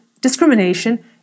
discrimination